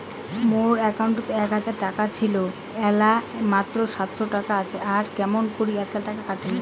মোর একাউন্টত এক হাজার টাকা ছিল এলা মাত্র সাতশত টাকা আসে আর কেমন করি এতলা টাকা কাটি নিল?